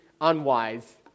unwise